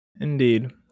Indeed